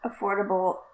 affordable